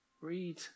read